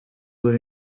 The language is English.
were